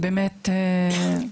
שמעתי